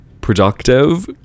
productive